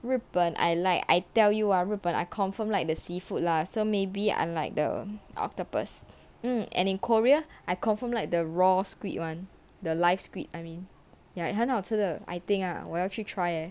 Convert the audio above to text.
ribbon I like I tell you are ruben I confirm like the seafood lah so maybe unlike the octopus and in korea I confirm like the raw squid [one] the live squid I mean ya it 很好吃的:hen has chi de I think ah 我要去 try eh